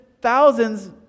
thousands